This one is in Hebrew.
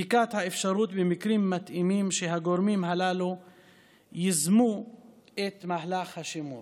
בדיקת האפשרות במקרים מתאימים שהגורמים הללו ייזמו את מהלך השמור.